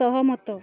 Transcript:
ସହମତ